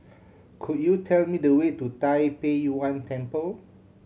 could you tell me the way to Tai Pei Yuen Temple